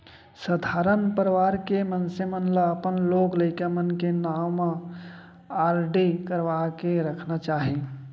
सधारन परवार के मनसे मन ल अपन लोग लइका मन के नांव म आरडी करवा के रखना चाही